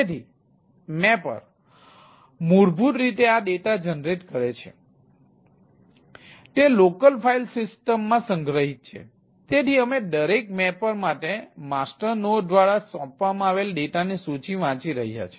તેથી મેપર મૂળભૂત રીતે આ ડેટા જનરેટ કરે છે